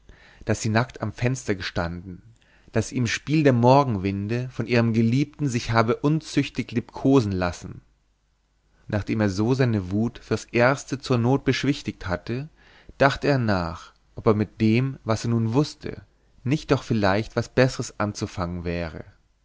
daß sie nackt am fenster gestanden daß sie im spiel der morgenwinde von ihrem geliebten sich habe unzüchtig liebkosen lassen nachdem er so seine wut fürs erste zur not beschwichtigt hatte dachte er nach ob mit dem was er nun wußte nicht doch vielleicht was besseres anzufangen wäre